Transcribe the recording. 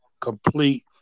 complete